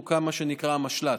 הוקם מה שנקרא משל"ט,